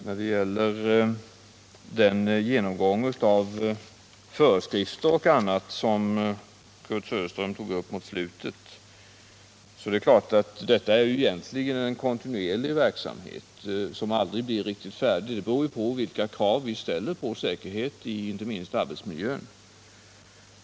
När det gäller den genomgång av föreskrifter och annat som Kurt Söderström tog upp mot slutet av sitt inlägg vill jag framhålla att det är klart att detta egentligen är en kontinuerlig verksamhet som aldrig blir riktigt färdig. Den beror ju på vilka krav vi ställer på säkerhet, inte minst inom arbetsmiljön.